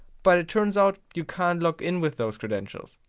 but it turns out, you can't login with those credentials.